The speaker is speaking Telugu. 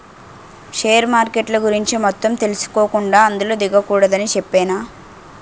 షేర్ మార్కెట్ల గురించి మొత్తం తెలుసుకోకుండా అందులో దిగకూడదని చెప్పేనా